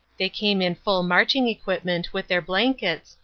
they came in full marching equi pment with their blankets,